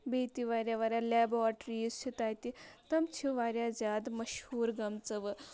بیٚیہِ تہِ واریاہ واریاہ لیبارٹریٖز چھِ تَتہِ تِم چھِ واریاہ زیادٕ مشہوٗر گمژٕ وٕ